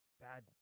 bad